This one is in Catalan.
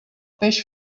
peix